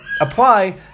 apply